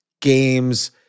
games